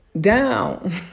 down